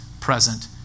present